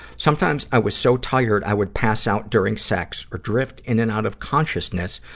sometimes i was so tired, i would pass out during sex or drift in and out of consciousness,